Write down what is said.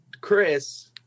Chris